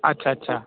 अच्छा अच्छा